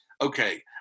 okay